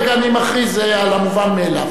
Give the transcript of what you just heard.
לא לא לא, אני קובע ואני גם מכריז על המובן מאליו.